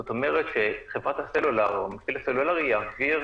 זאת אומרת שחברת הסלולאר או המפעיל הסלולארי יעביר